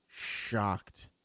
shocked